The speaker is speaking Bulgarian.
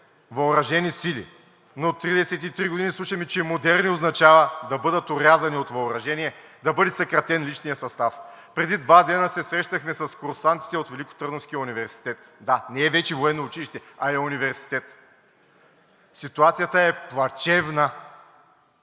въоръжени сили. Но 33 години слушаме, че модерни означава да бъдат орязани от въоръжение, да бъде съкратен личният състав. Преди два дни се срещнахме с курсантите от Великотърновския университет. Да, не е вече военно училище, а е университет. Ситуацията е плачевна.